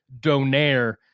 Donaire